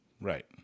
Right